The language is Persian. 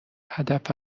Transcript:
هدف